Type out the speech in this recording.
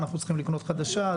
אנחנו צריכים לקנות חדשה.